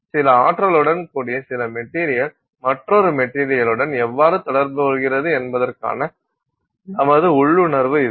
சில ஆற்றலுடன் கூடிய சில மெட்டீரியல் மற்றொரு மெட்டீரியலுடன் எவ்வாறு தொடர்பு கொள்கிறது என்பதற்கான நமது உள்ளுணர்வு இது